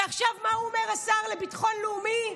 ועכשיו מה אומר השר לביטחון הלאומי?